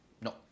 No